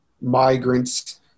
migrants